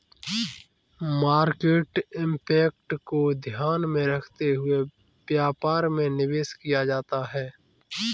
market impact को ध्यान में रखते हुए व्यापार में निवेश किया जाता है